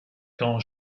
quand